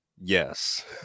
Yes